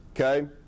okay